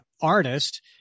artist